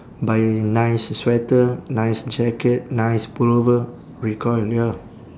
buy nice sweater nice jacket nice pullover recoil ya